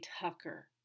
Tucker